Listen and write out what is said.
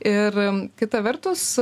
ir kita vertus